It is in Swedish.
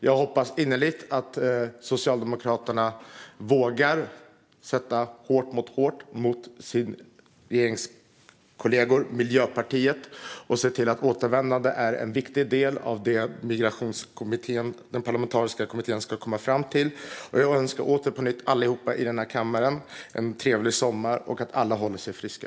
Jag hoppas innerligt att Socialdemokraterna vågar sätta hårt mot hårt mot sina regeringskollegor i Miljöpartiet och se till att återvändande är en viktig del av vad den parlamentariska kommittén ska komma fram till. Jag önskar åter alla i kammaren en trevlig sommar och att alla håller sig friska.